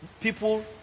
people